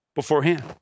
beforehand